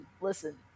listen